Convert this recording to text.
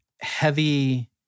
heavy